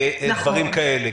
דברים כאלה.